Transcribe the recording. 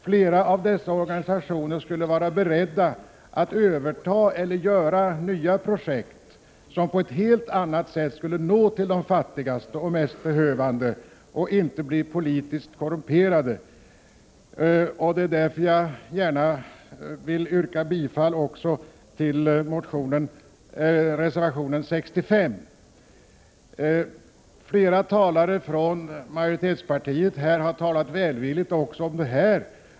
Flera av dessa organisationer skulle vara beredda att överta eller göra nya projekt som på ett helt annat sätt skulle nå de fattigaste och mest behövande och inte bli politiskt korrumperade. Därför vill jag gärna yrka bifall också till reservation 65. Flera talare från majoriteten har talat välvilligt också om detta.